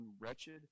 wretched